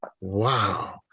Wow